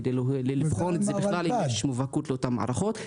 כדי לבחון את זה בכלל אם יש מובהקות לאותן מערכות.